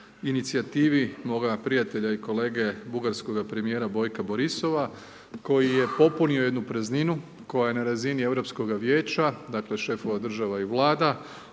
inicijativi moga prijatelja i kolege, bugarskoga primjera Bojka Borisova, koji je popunio jednu prazninu, koja je na razini Europskoga vijeća, dakle, šefova država i vlada,